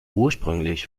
ursprünglich